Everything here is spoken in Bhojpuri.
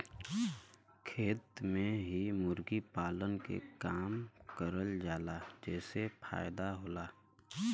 खेत में ही मुर्गी पालन के काम करल जाला जेसे फायदा होला